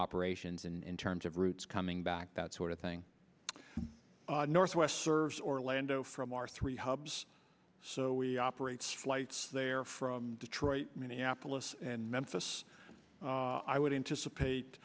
operations and in terms of routes coming back that sort of thing northwest serves orlando from our three hubs so we operates flights there from detroit minneapolis and memphis i would anticipate